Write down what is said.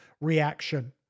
reaction